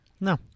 No